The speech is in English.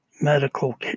medical